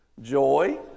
Joy